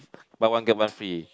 buy one get one free